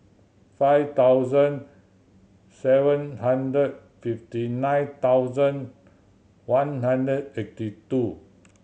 five thousand seven hundred fifty nine thousand one hundred eighty two